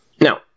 Now